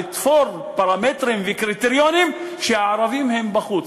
לתפור פרמטרים וקריטריונים שהערבים בחוץ.